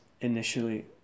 initially